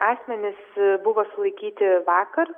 asmenys buvo sulaikyti vakar